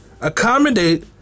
accommodate